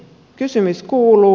kysymys kuuluu